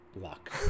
luck